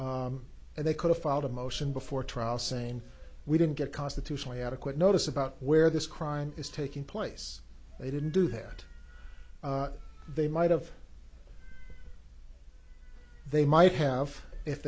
and they could have filed a motion before trial saying we didn't get constitutionally adequate notice about where this crime is taking place they didn't do that they might have they might have if